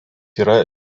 yra